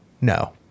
no